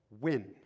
win